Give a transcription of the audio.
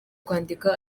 kwandika